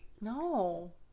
No